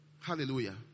Hallelujah